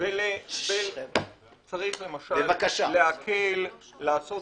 צריך למשל להקל, לעשות